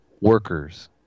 Workers